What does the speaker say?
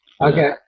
Okay